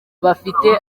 bafite